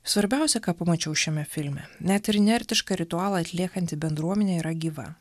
svarbiausia ką pamačiau šiame filme net ir inertišką ritualą atliekanti bendruomenė yra gyva